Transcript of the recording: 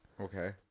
Okay